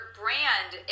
brand